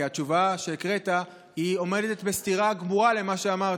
כי התשובה שהקראת עומדת בסתירה גמורה למה שאמרת.